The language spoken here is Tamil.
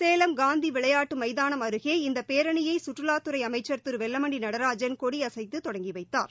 சேலம் காந்தி விளையாட்டு மைதானம் அருகே இந்த பேரணியை கற்றுலாத்துறை அமைச்சர் திரு வெல்லமண்டி நடராஜன் கொடியசைத்து தொடங்கி வைத்தார்